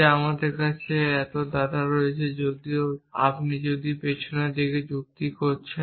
যে আমাদের কাছে এত ডেটা রয়েছে যদিও আপনি যদি পিছনের যুক্তি করছেন